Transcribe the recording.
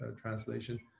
translation